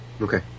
Okay